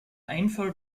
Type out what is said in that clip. einfall